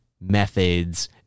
methods